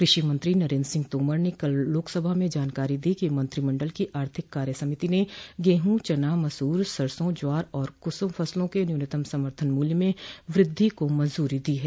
कृषि मंत्री नरेंद्र सिंह तोमर ने कल लोकसभा में जानकारी दी कि मंत्रिमंडल की आर्थिक कार्य समिति ने गेहूं चना मसूर सरसों ज्वार और कुसम फसलों के न्यूनतम समर्थन मूल्य में वृद्धि को मंजूरी दी है